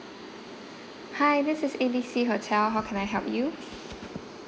hi this is A B C hotel how can I help you